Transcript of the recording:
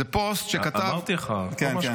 זה פוסט שכתב --- אמרתי לך -- כן, כן.